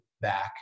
back